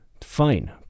Fine